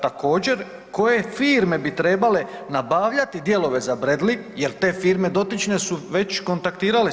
Također, koje firme bi trebale nabavljati dijelove za Bradley jer te firme dotične su već kontaktirale SAD.